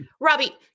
Robbie